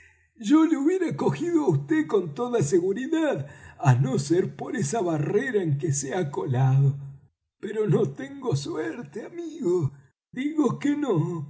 yo le hubiera cogido á vd con toda seguridad á no ser por esa barrera en que se ha colado pero no tengo suerte amigo digo que no